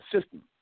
system